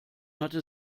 hatte